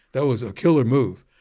that was a killer move,